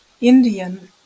Indian